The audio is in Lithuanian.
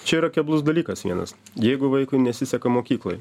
čia yra keblus dalykas vienas jeigu vaikui nesiseka mokykloj